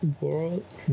world